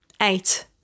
eight